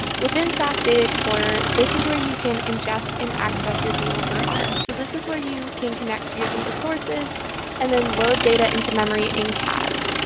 within sas data explorer, this is where you can ingest and access your tables and files. so this is where you can connect to your data sources and then load data into memory in cas.